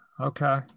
Okay